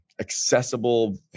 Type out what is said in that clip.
accessible